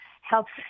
helps